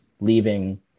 leaving